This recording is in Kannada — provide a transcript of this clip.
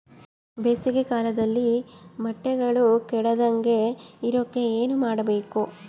ಬೇಸಿಗೆ ಕಾಲದಲ್ಲಿ ಮೊಟ್ಟೆಗಳು ಕೆಡದಂಗೆ ಇರೋಕೆ ಏನು ಮಾಡಬೇಕು?